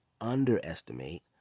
underestimate